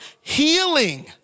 healing